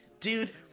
dude